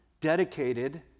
dedicated